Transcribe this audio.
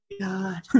God